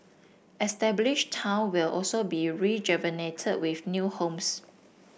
established town will also be rejuvenated with new homes